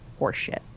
horseshit